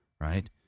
right